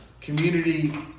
Community